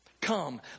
Come